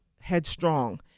headstrong